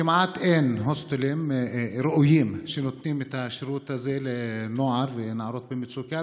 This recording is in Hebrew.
כמעט אין הוסטלים ראויים שנותנים את השירות הזה לנוער ולנערות במצוקה,